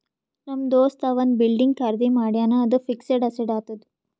ನಮ್ ದೋಸ್ತ ಒಂದ್ ಬಿಲ್ಡಿಂಗ್ ಖರ್ದಿ ಮಾಡ್ಯಾನ್ ಅದು ಫಿಕ್ಸಡ್ ಅಸೆಟ್ ಆತ್ತುದ್